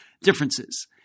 differences